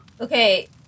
okay